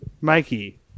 Mikey